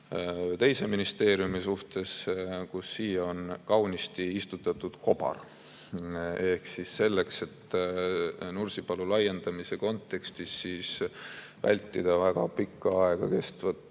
teise ministeeriumi suhtes, kus siia on kaunisti istutatud kobar. Ehk siis selleks, et Nursipalu laiendamise kontekstis vältida väga pikka aega kestvat